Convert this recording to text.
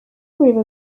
river